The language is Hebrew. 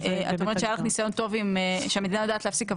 את אומרת שהיה לך ניסיון טוב שהמדינה יודעת להפסיק .